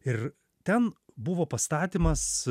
ir ten buvo pastatymas